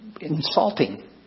insulting